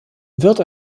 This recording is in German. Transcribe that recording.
wird